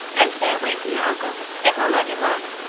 and there wait for your uncle. it will not be long.